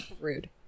Rude